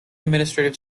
administrative